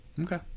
Okay